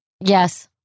Yes